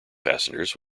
passengers